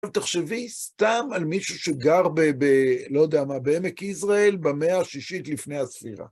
עכשיו תחשבי סתם על מישהו שגר, לא יודע מה, בעמק ישראל, במאה השישית לפני הספירה.